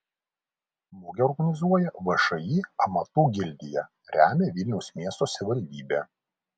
mugę organizuoja všį amatų gildija remia vilniaus miesto savivaldybė